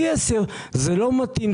T10. זה לא מתאים,